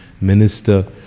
minister